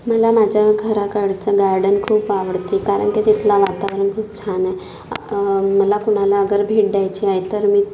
मला माझ्या घराकडचं गार्डन खूप आवडते कारण की तिथला वातावरण खूप छान आहे मला कुणाला अगर भेट द्यायचे आहे तर मी